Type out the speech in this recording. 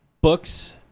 books